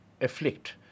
afflict